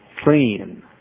clean